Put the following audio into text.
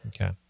Okay